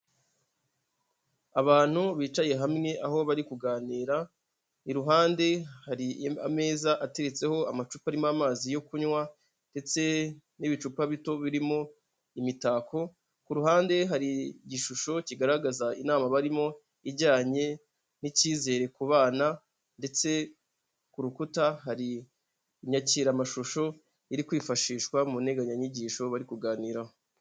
Abantu bicaye hamwe aho bari kuganira iruhande hari ameza atetseho amacupa arimo amazi yo kunywa ndetse n'ibicupa bito birimo imitako, ku ruhande hari igishusho kigaragaza inama barimo ijyanye n'icyizere ku bana ndetse ku rukuta hari inyakiramashusho iri kwifashishwa mu nteganyanyigisho bari kuganiraho.